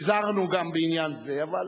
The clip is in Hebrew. הזהרנו גם בעניין זה, אבל